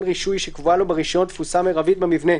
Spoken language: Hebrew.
רישוי שקבועה לו ברישיון תפוסה מרבית במבנה,